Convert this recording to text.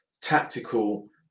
tactical